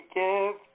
give